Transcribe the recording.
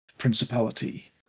Principality